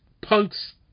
Punk's